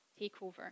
takeover